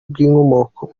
bw’inkomoko